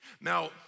Now